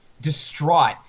distraught